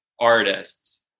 artists